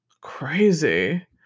Crazy